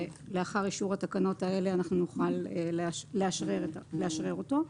לאחר אישור התקנות האלה נוכל לאשרר אותו.